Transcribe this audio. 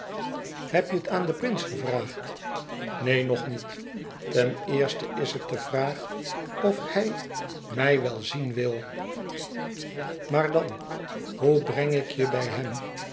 heb je het aan den prins gevraagd neen nog niet ten eerste is het de vraag of hij mij wel zien wil maar dan hoe breng ik je bij hem